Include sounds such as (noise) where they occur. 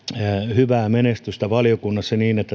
hyvää menestystä valiokunnassa niin että (unintelligible)